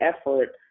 effort